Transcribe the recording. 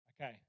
Okay